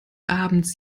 abends